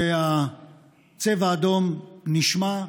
הצבע האדום נשמע,